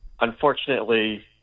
unfortunately